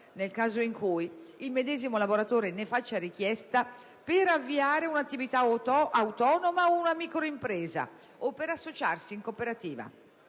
nel caso in cui il medesimo lavoratore ne faccia richiesta per avviare un'attività autonoma o una microimpresa, o per associarsi in cooperativa.